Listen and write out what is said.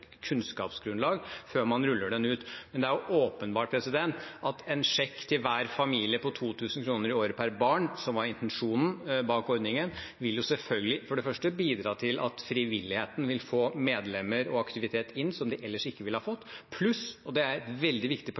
kunnskapsgrunnlag før man rullet den ut. Men det er åpenbart at en sjekk til hver familie på 2 000 kr i året per barn, som var intensjonen bak ordningen, vil for det første bidra til at frivilligheten vil få medlemmer og aktivitet inn som de ellers ikke ville ha fått, pluss – og det synes jeg er et veldig viktig poeng